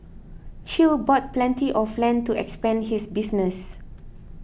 Chew bought plenty of land to expand his business